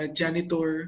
janitor